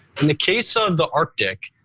in the case of the arctic,